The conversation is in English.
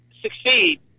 succeed